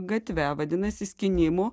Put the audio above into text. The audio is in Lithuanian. gatve vadinasi skynimų